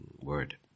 word